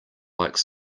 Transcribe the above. like